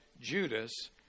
Judas